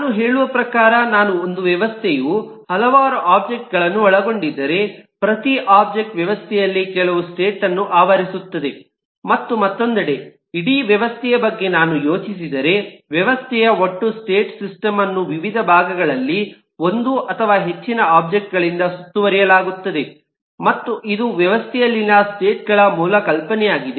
ನಾನು ಹೇಳುವ ಪ್ರಕಾರ ನಾನು ಒಂದು ವ್ಯವಸ್ಥೆಯು ಹಲವಾರು ಒಬ್ಜೆಕ್ಟ್ ಗಳನ್ನು ಒಳಗೊಂಡಿದ್ದರೆ ಪ್ರತಿ ಒಬ್ಜೆಕ್ಟ್ ವ್ಯವಸ್ಥೆಯಲ್ಲಿ ಕೆಲವು ಸ್ಟೇಟ್ ಅನ್ನು ಆವರಿಸುತ್ತದೆ ಮತ್ತು ಮತ್ತೊಂದೆಡೆ ಇಡೀ ವ್ಯವಸ್ಥೆಯ ಬಗ್ಗೆ ನಾನು ಯೋಚಿಸಿದರೆ ವ್ಯವಸ್ಥೆಯ ಒಟ್ಟು ಸ್ಟೇಟ್ ಸಿಸ್ಟಮ್ ಅನ್ನು ವಿವಿಧ ಭಾಗಗಳಲ್ಲಿ ಒಂದು ಅಥವಾ ಹೆಚ್ಚಿನ ಒಬ್ಜೆಕ್ಟ್ ಗಳಿಂದ ಸುತ್ತುವರಿಯಲಾಗುತ್ತದೆ ಮತ್ತು ಇದು ವ್ಯವಸ್ಥೆಯಲ್ಲಿನ ಸ್ಟೇಟ್ ಗಳ ಮೂಲ ಕಲ್ಪನೆಯಾಗಿದೆ